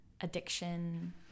addiction